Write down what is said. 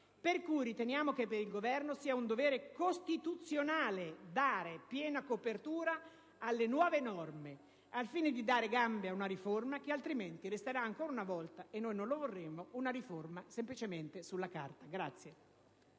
pertanto, riteniamo che per il Governo sia un dovere costituzionale dare piena copertura alle nuove norme al fine di "dare gambe" ad una riforma che altrimenti resterà ancora una volta - noi non lo vorremmo - una riforma semplicemente sulla carta.